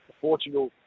portugal